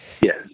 Yes